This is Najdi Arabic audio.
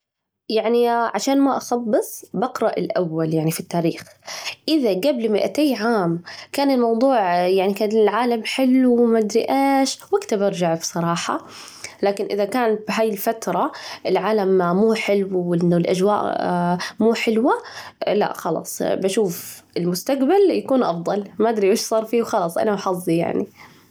يعني عشان ما أخبص، بقرأ الأول يعني في التاريخ، إذا جبل مائتي عام كان الموضوع يعني كان العالم حلو وما أدري إيش وجتها برجع بصراحة، لكن إذا كان بهاي الفترة العالم مو حلو، وإنه الأجواء مو حلوة، لا خلاص بشوف المستجبل يكون أفضل، ما أدري وش صار فيه، وخلاص أنا وحظي يعني.